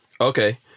Okay